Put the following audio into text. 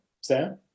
Sam